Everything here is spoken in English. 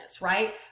right